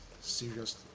serious